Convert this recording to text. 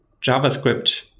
JavaScript